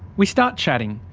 we start chatting.